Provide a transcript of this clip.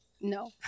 No